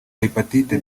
hepatite